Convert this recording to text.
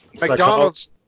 McDonald's